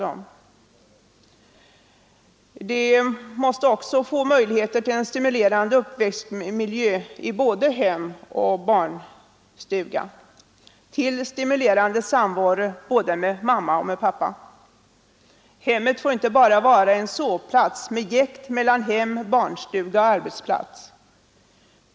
Därmed uppstår också möjlighet till en stimulerande uppväxtmiljö i både hem och barnstuga. Det kan då bli en givande samvaro både med mamma och med pappa. Hemmet får inte bara vara en sovplats med jäkt mellan hem, barnstuga och arbetsplats.